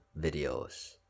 videos